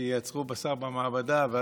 שייצרו בשר במעבדה,